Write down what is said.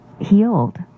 healed